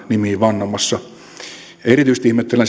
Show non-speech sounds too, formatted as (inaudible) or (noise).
nimiin vannomassa erityisesti ihmettelen (unintelligible)